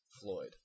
Floyd